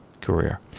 career